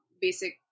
basic